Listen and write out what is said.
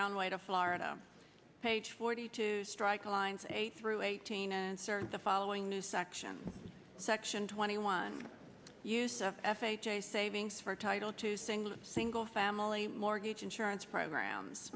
brown way to florida page forty two strike lines eight through eighteen answered the following new section section twenty one use of f h a savings for title to single single family mortgage insurance programs